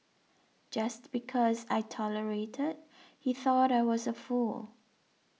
just because I tolerated he thought I was a fool